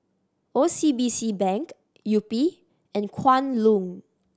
O C B C Bank Yupi and Kwan Loong